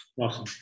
Awesome